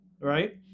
right